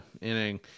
inning